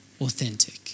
authentic